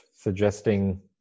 suggesting